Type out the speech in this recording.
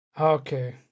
okay